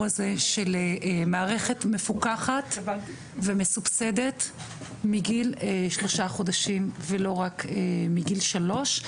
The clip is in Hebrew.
הזה של מערכת מפוקחת ומסובסדת מגיל שלושה חודשים ולא רק מגיל שלוש,